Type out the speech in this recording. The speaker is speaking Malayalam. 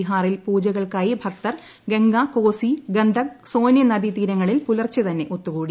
ബിഹാറിൽ പൂജകൾക്കായി ഭക്തർ ഗംഗ കോസി ഗന്ദക് സോനെ നദീതീരങ്ങളിൽ പുലർച്ചെ തന്നെ ഒത്തുകൂടി